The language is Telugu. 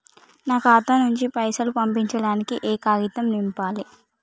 నా ఖాతా నుంచి పైసలు పంపించడానికి ఏ కాగితం నింపాలే?